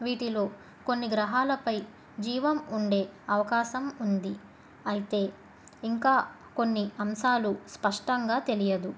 వీటిలో కొన్ని గ్రహాలపై జీవం ఉండే అవకాశం ఉంది అయితే ఇంకా కొన్ని అంశాలు స్పష్టంగా తెలియదు